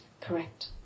Correct